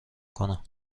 کنم